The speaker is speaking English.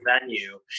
venue